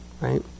right